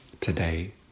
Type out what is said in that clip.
today